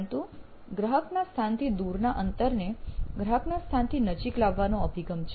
પરંતુ ગ્રાહકના સ્થાનથી દૂરના અંતરને ગ્રાહકના સ્થાનથી નજીક લાવવાનો અભિગમ છે